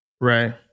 Right